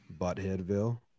Buttheadville